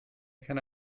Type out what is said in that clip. keine